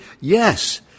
yes